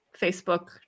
Facebook